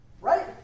Right